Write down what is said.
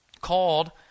called